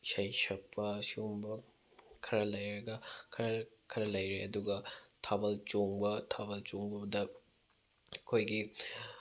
ꯏꯁꯩ ꯁꯛꯄ ꯁꯤꯒꯨꯝꯕ ꯈꯔ ꯂꯩꯔꯒ ꯈꯔ ꯈꯔ ꯂꯩꯔꯦ ꯑꯗꯨꯒ ꯊꯥꯕꯜ ꯆꯣꯡꯕ ꯊꯥꯕꯜ ꯆꯣꯡꯕꯗ ꯑꯩꯈꯣꯏꯒꯤ